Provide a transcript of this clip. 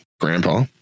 Grandpa